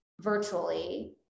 virtually